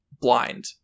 blind